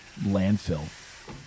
landfill